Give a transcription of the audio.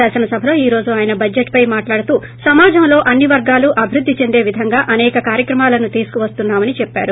శాసనసభలో ేఈ రోజు అయన బడ్షెట్ పై మాట్లాడుతూ సమాజంలో అన్ని వర్గాలు అభివృద్ది చెందే విధంగా అసేక కార్యక్రమాలు తీసుకువస్తున్నామీని చెప్పారు